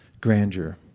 grandeur